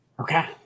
Okay